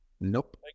Nope